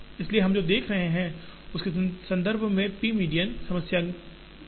इसलिए हम जो देख रहे हैं उसके संदर्भ में मीडियन समस्या की प्रासंगिकता है